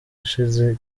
ushize